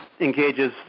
engages